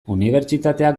unibertsitateak